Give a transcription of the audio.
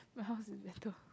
my house is better